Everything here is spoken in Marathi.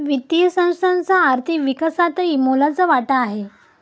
वित्तीय संस्थांचा आर्थिक विकासातही मोलाचा वाटा आहे